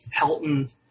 Helton –